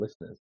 listeners